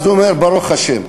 הוא אומר: ברוך השם.